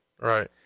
Right